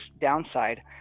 downside